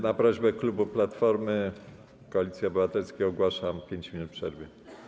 Na prośbę klubu Platformy, Koalicji Obywatelskiej ogłaszam 5 minut przerwy.